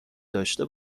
داشته